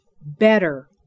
better